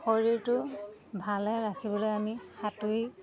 শৰীৰটো ভালে ৰাখিবলৈ আমি সাঁতুৰি